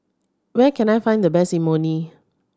where can I find the best Imoni